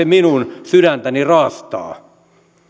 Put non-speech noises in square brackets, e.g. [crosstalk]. [unintelligible] minun sydäntäni raastaa